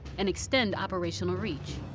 and extend operational reach.